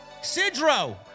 Sidro